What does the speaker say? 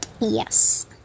yes